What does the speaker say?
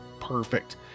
Perfect